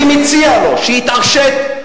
אני מציע לו שיתעשת.